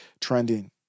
trending